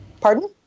Pardon